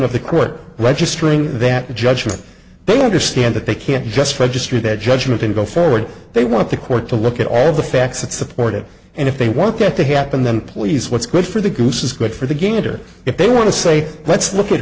of the court registering that judgment they understand that they can't just register that judgment and go forward they want the court to look at all the facts that support it and if they want that to happen then please what's good for the goose is good for the gander if they want to say let's look at